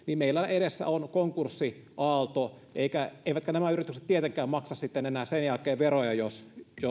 meillä on edessä konkurssiaalto eivätkä nämä yritykset tietenkään maksa sitten enää sen jälkeen veroja jos